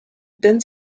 denn